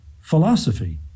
philosophy